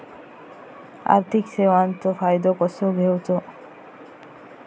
आर्थिक सेवाचो फायदो कसो घेवचो?